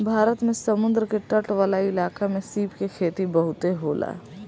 भारत में समुंद्र के तट वाला इलाका में सीप के खेती बहुते होला